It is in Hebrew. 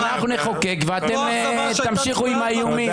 אנחנו נחוקק ואתם תמשיכו עם האיומים.